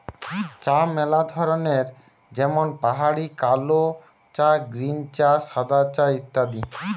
চা ম্যালা ধরনের যেমন পাহাড়ি কালো চা, গ্রীন চা, সাদা চা ইত্যাদি